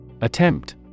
Attempt